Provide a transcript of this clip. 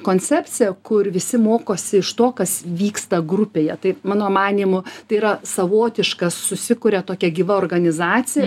koncepcija kur visi mokosi iš to kas vyksta grupėje tai mano manymu tai yra savotiška susikuria tokia gyva organizacija